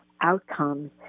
outcomes